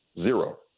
Zero